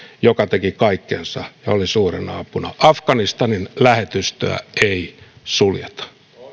joka teki kaikkensa ja oli suurena apuna afganistanin lähetystöä ei suljeta